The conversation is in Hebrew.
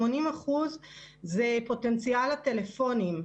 פוטנציאל הטלפונים.